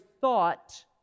thought